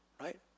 Right